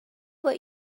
what